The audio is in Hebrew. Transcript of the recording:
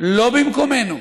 לא במקומנו,